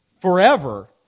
forever